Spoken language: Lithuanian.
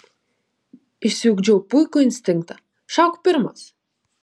išsiugdžiau puikų instinktą šauk pirmas